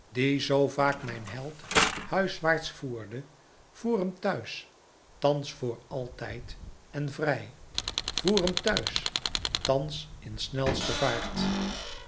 zoo vaak mijn held huiswaarts voerde voer hem thuis thans voor altijd en vrij voer hem thuis thans in snelste vaart